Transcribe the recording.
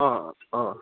অঁ অঁ অঁ